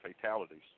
fatalities